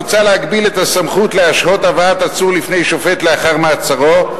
מוצע להגביל את הסמכות להשהות הבאת עצור לפני שופט לאחר מעצרו,